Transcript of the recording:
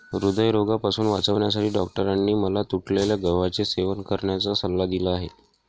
हृदयरोगापासून वाचण्यासाठी डॉक्टरांनी मला तुटलेल्या गव्हाचे सेवन करण्याचा सल्ला दिला आहे